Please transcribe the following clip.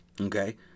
Okay